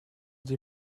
they